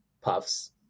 puffs